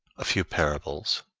a few parables